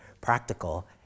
practical